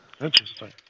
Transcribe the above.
Interesting